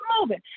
moving